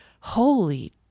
holy